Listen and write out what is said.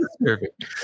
perfect